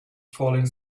falling